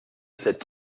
sept